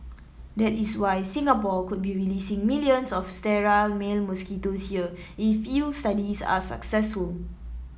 that is why Singapore could be releasing millions of sterile male mosquitoes here if field studies are successful